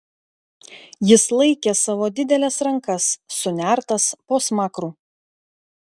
jis laikė savo dideles rankas sunertas po smakru